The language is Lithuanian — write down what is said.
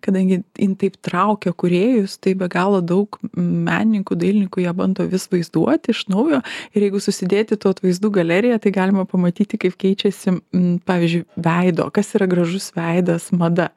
kadangi jin taip traukia kūrėjus tai be galo daug menininkų dailininkų jie bando vis vaizduoti iš naujo ir jeigu susidėti tų atvaizdų galeriją tai galima pamatyti kaip keičiasi pavyzdžiui veido kas yra gražus veidas mada